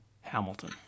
Hamilton